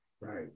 Right